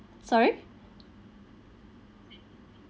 sorry